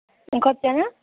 कतिजना